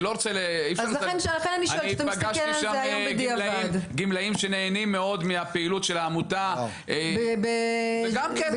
אני פגשתי שם גמלאים שנהנים מאוד מהפעילות של העמותה גם כן.